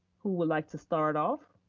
who would like to start off?